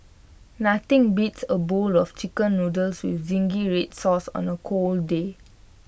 nothing beats A bowl of Chicken Noodles with Zingy Red Sauce on A cold day